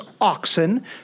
oxen